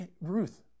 Ruth